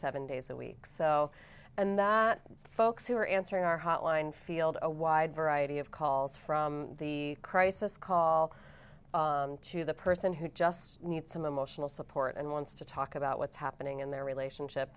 seven days a week so and that folks who are answering our hotline field a wide variety of calls from the crisis call to the person who just needs some emotional support and wants to talk about what's happening in their relationship